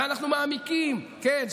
ואנחנו מעמיקים, כן.